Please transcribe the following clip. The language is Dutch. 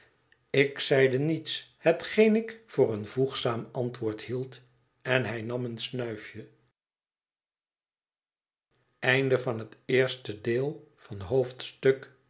ik zeide niets hetgeen ik voor een voegzaam antwoord hield en hij nam een snuifje